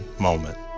moment